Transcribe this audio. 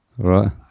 Right